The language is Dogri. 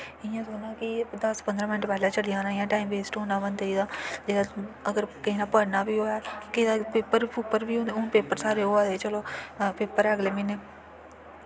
इ'यां थोह्ड़े ना कि दस पंदरां मिंट पैह्लें चली जाना जां टाइम वेस्ट होना बंदे दा अगर किसै ने पढ़ना बी होऐ किसै दा पेपर पूपर हून पेपर साढ़े होआ दे चलो पेपर ऐ अगले म्हीनै